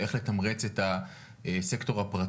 של איך לתמרץ את הסקטור הפרטי,